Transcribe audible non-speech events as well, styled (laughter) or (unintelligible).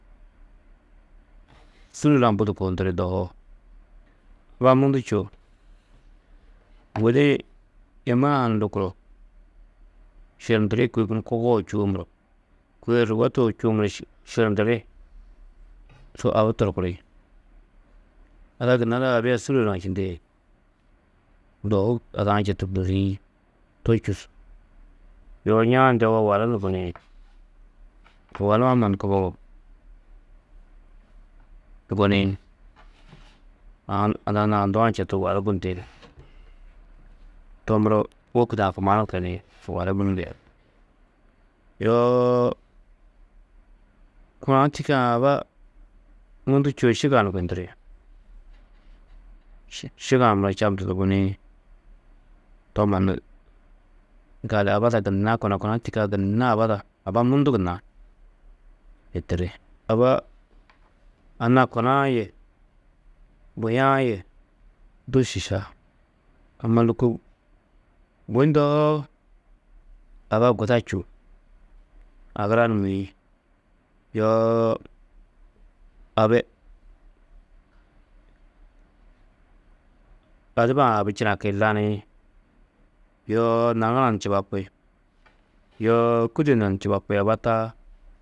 Sûlol-ã budi kuhunduri dohoo. Aba mundu čûo, gudi-ĩ êmee-ã ni lukuru širndiri kôi guru kubogo čûwo muro, kôi irrigo (unintelligible) čûwo muro ši- širndiri, su abi torkuri. Ada gunna du abi a sûlol-ã čindĩ dohu ada-ã četu bûrriĩ to čûsu. Yoo ñaa-ã ndewo walu ni guniĩ, walu-ã mannu kubogo, guniĩ. Aã ada lau nduã četu walu gundiĩ, to muro wôkud-ã kumanuũ keniĩ walu (unintelligible) yoo kuna tîyikã aba mundu čûo, šiga ni gunduri, ši- šiga-ã muro čabndundu guniĩ, to mannu gali, aba ada gunna kuna, kuna tîyikã gunna aba ada, aba mundu gunna hitiri. Aba anna kuna-ã yê buya-ã yê du šiša. Amma lôko wô ndedoo, aba guda čûo, agura ni mûĩ, yoo abi, adiba-ã abi činaki laniĩ, yoo naŋara ni čubapi, yoo kûde nan čubapi aba taa.